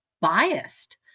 biased